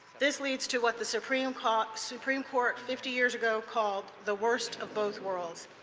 this leads to what the supreme court supreme court fifty years ago called the worst of both worlds.